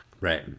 Right